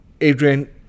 Adrian